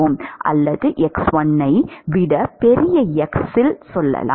அல்லது x1 ஐ விட பெரிய x இல் சொல்லலாம்